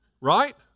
Right